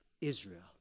Israel